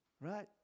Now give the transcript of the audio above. Right